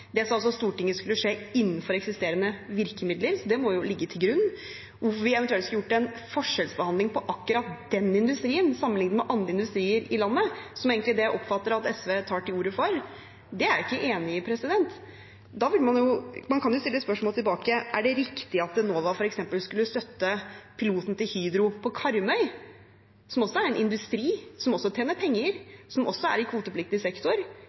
Det sa Stortinget skulle skje innenfor eksisterende virkemidler, så det må jo ligge til grunn. At vi eventuelt skulle gjort en forskjellsbehandling av akkurat den industrien sammenlignet med andre industrier i landet, som er det jeg egentlig oppfatter at SV tar til orde for, er jeg ikke enig i. Man kan jo stille spørsmålet tilbake: Er det riktig at Enova f.eks. skulle støtte piloten til Hydro på Karmøy, som er en industri som også tjener penger, som også er i kvotepliktig sektor?